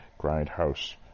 Grindhouse